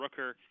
Rooker